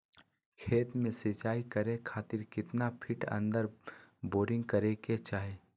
खेत में सिंचाई करे खातिर कितना फिट अंदर बोरिंग करे के चाही?